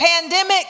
pandemic